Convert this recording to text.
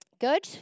Good